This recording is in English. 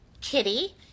Kitty